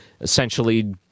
Essentially